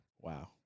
Wow